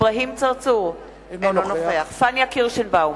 אברהים צרצור, אינו נוכח פניה קירשנבאום,